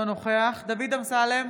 אינו נוכח דוד אמסלם,